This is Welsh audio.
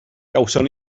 gawson